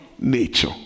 nature